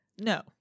no